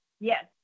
Yes